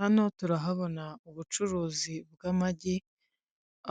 Hano turahabona ubucuruzi bw'amagi,